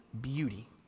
beauty